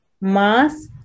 mass